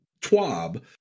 TWAB